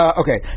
okay